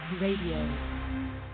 radio